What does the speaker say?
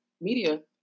media